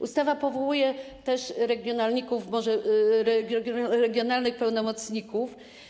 Ustawa powołuje też regionalników... regionalnych pełnomocników.